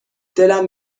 دلم